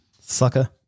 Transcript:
sucker